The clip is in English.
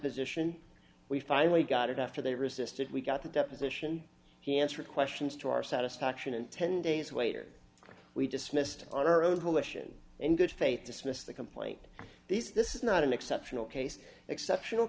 deposition we finally got it after they resisted we got the deposition he answered questions to our satisfaction and ten days waiter we dismissed on our own volition and good faith dismissed the complaint these this is not an exceptional case exceptional